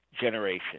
generation